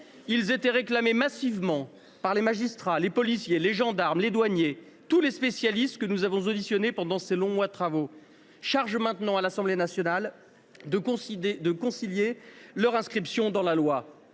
Ils étaient réclamés massivement par les magistrats, les policiers, les gendarmes, les douaniers, tous les spécialistes que nous avons auditionnés pendant ces longs mois de travaux. Charge maintenant à l’Assemblée nationale de consolider leur inscription dans la loi.